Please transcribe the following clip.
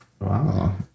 Wow